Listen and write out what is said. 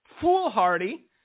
foolhardy